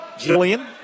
Jillian